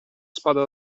spada